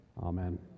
Amen